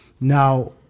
Now